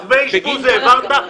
שר העבודה,